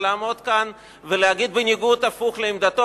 לעמוד כאן ולהגיד בניגוד הפוך לעמדתו,